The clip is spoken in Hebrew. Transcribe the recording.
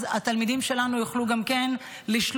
אז התלמידים שלנו יוכלו גם כן לשלוט.